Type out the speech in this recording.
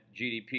GDP